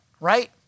right